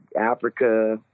Africa